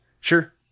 Sure